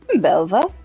Belva